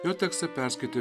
jo tekstą perskaitė